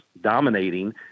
dominating